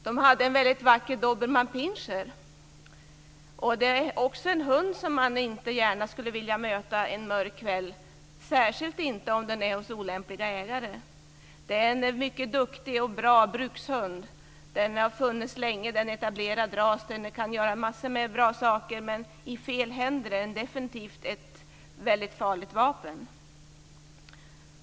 De hade en väldigt vacker dobermannpinscher. Det är en hund som man inte heller skulle vilja möta en mörk kväll, särskilt inte om den är hos olämpliga ägare. Det är en mycket duktig och bra brukshund. Den har funnits länge. Den är en etablerad ras. Den kan göra massor av bra saker, men i fel händer är den definitivt ett väldigt farligt vapen.